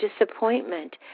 disappointment